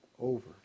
over